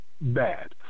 bad